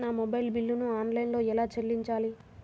నా మొబైల్ బిల్లును ఆన్లైన్లో ఎలా చెల్లించాలి?